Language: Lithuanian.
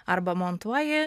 arba montuoji